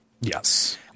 Yes